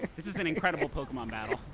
this is an incredible pokemon battle.